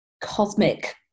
cosmic